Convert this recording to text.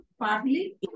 partly